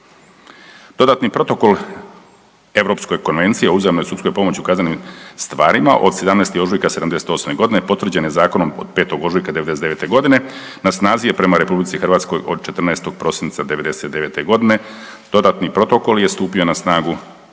Dodatni protokol Europskoj konvenciji o uzajamnoj sudskoj pomoći u kaznenim stvarima od 17. ožujka '78.g. potvrđen je zakonom od 5. ožujka '99.g. na snazi je prema RH od 14. prosinca '99.g. Dodatni protokol je stupio na snagu